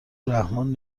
رحمان